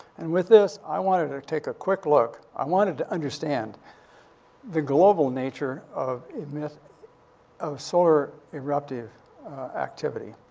and with this, i wanted to take a quick look. i wanted to understand the global nature of emis of sort of solar-eruptive activity.